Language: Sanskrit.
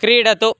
क्रीडतु